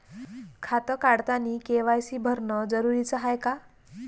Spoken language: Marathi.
खातं काढतानी के.वाय.सी भरनं जरुरीच हाय का?